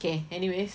okay anyway